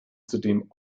zudem